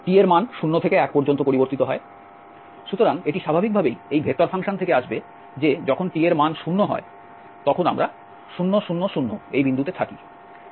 সুতরাং এটি স্বাভাবিকভাবেই এই ভেক্টর ফাংশন থেকে আসবে যে যখন t এর মান 0 হয় তখন আমরা 0 0 0 বিন্দুতে থাকি